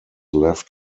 left